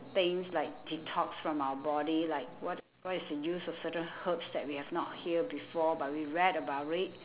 things like detox from our body like what what is the use of certain herbs that we have not hear before but we read about it